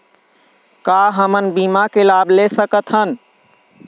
का हमन बीमा के लाभ ले सकथन?